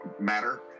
matter